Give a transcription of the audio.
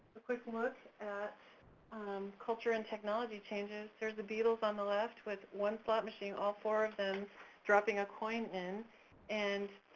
ah look at culture and technology changes. there's the beatles on the left with one slot machine, all four of them dropping a coin in and